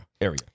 area